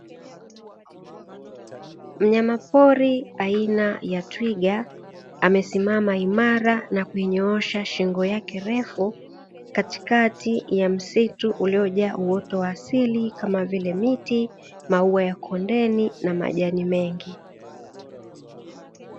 Mnyama pori aina ya twiga amesimama imara na kuinyoosha shingo yake refu, katikati ya msitu uliojaa uoto wa asili kama vile, miti, maua ya kondeni na majani mengi.